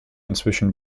inzwischen